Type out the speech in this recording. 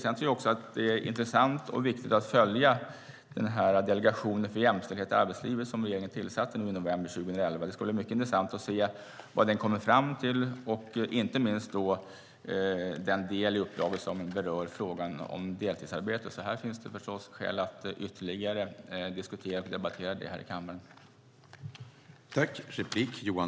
Jag tycker också att det är intressant och viktigt att följa Delegationen för jämställdhet i arbetslivet, som regeringen tillsatte i november 2011. Det ska bli mycket intressant att se vad den kommer fram till, inte minst i den del av uppdraget som berör frågan om deltidsarbete. Här finns förstås skäl att ytterligare diskutera och debattera det här i kammaren.